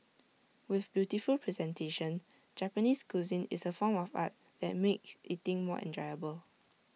with beautiful presentation Japanese cuisine is A form of art that make eating more enjoyable